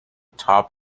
top